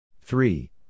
Three